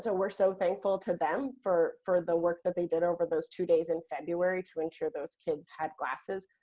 so we're so thankful to them for for the work that they did over those two days in february to ensure those kids had classes,